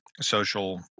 social